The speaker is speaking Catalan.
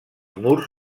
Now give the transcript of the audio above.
murs